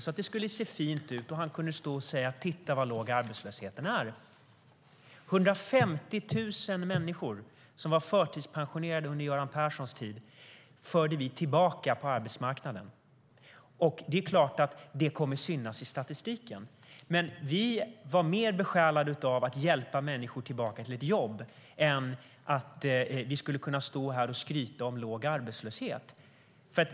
Då såg det fint ut, och han kunde stå och säga: Titta så låg arbetslösheten är!150 000 människor som var förtidspensionerade under Göran Perssons tid förde vi tillbaka på arbetsmarknaden. Det är klart att det kommer att synas i statistiken. Men vi var mer besjälade av att hjälpa människor tillbaka till ett jobb än av att vi skulle kunna stå här och skryta om låg arbetslöshet.